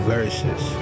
Versus